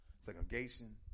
segregation